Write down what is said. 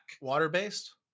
water-based